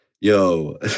Yo